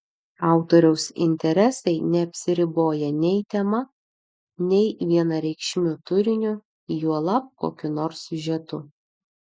autoriaus interesai neapsiriboja nei tema nei vienareikšmiu turiniu juolab kokiu nors siužetu